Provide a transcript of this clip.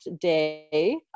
day